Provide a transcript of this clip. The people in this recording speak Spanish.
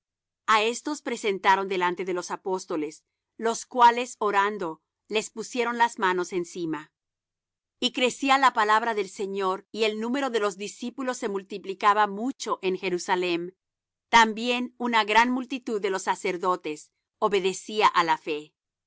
a estos presentaron delante de los apóstoles los cuales orando les pusieron las manos encima y crecía la palabra del señor y el número de los discípulos se multiplicaba mucho en jerusalem también una gran multitud de los sacerdotes obedecía á la fe